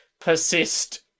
persist